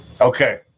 Okay